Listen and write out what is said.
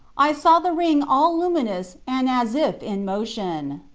i saw the ring all luminous and as if in motion.